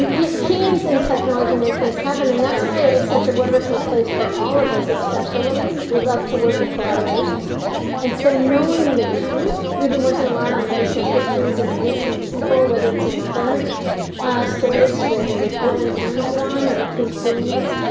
teams in technology make things happen and that's why it's such a wonderful place for all of us, especially women, we love to work in collaboration and so knowing the truth, we've been working a lot on the missing histories and the missing people, whether it's in current stories with with gwen and elon and the teams doing this.